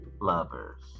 Lovers